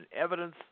evidence